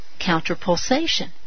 counterpulsation